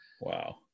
Wow